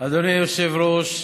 אדוני היושב-ראש,